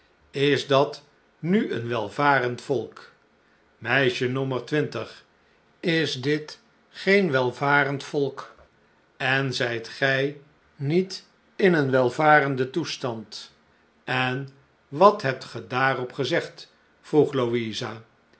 is dat nu een welvarend volk meisje nommer twintig is dit geen welvarend volk en zijt gij niet in een welvarenden toestand en wat hebt ge daarop gezegd vroeg louisa